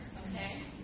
Okay